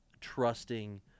trusting